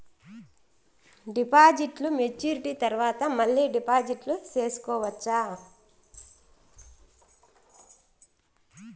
డిపాజిట్లు మెచ్యూరిటీ తర్వాత మళ్ళీ డిపాజిట్లు సేసుకోవచ్చా?